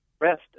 rest